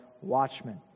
watchmen